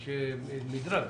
יש מדרג.